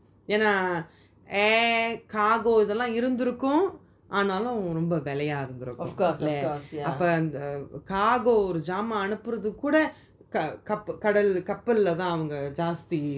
என்ன:enna air cargo இதுல இருந்து இருக்கும் ஆனாலும் ரொம்ப வெள்ளைய இருந்து இருக்கும் அப்போ:ithula irunthu irukum aanalum romba vellaya irunthu irukum apo cargo ஒரு ஜாமான் அனுப்புறது கூட கடல் கப்பல்ல தான் ஜாஸ்தி:oru jaaman anupurathu kuda kadal kappalla thaan jasthi